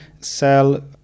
sell